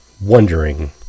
wondering